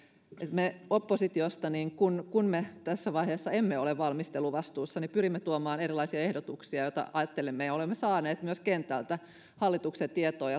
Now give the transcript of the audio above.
me oppositiosta emme tässä vaiheessa ole valmisteluvastuussa pyrimme tuomaan erilaisia ehdotuksia joita ajattelemme ja olemme saaneet myös kentältä hallituksen tietoon